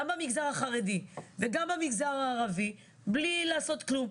במגזר החרדי וגם במגזר הערבי בלי לעשות כלום,